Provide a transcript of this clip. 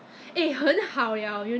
eh never mind because korean